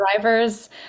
driver's